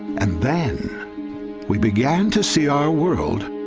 and then we began to see our world